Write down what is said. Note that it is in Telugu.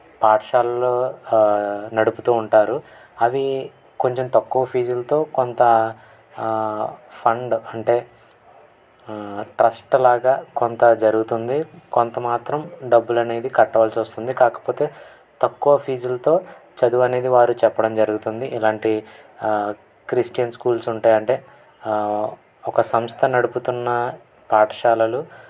పాఠశాలలు నడుపుతు ఉంటారు అవి కొంచెం తక్కువ ఫీజులతో కొంత ఫండ్ అంటే ట్రస్ట్లాగ కొంత జరుగుతుంది కొంత మాత్రం డబ్బులు అనేది కట్టవలసి వస్తుంది కాకపోతే తక్కువ ఫీజులతో చదువు అనేది వారు చెప్పడం జరుగుతుంది ఇలాంటి క్రిస్టియన్ స్కూల్స్ ఉంటాయి అంటే ఒక సంస్థ నడుపుతున్న పాఠశాలలు